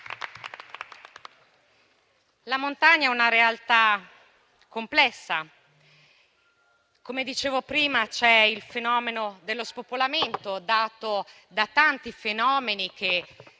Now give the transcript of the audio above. La montagna è una realtà complessa. Come dicevo prima, c'è il fenomeno dello spopolamento, dato da tanti fenomeni che